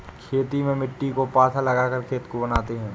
खेती में मिट्टी को पाथा लगाकर खेत को बनाते हैं?